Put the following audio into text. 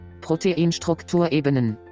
Proteinstrukturebenen